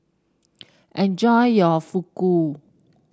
enjoy your Fugu